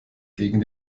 gegen